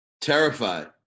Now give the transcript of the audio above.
terrified